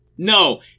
No